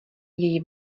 její